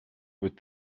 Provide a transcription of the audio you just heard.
with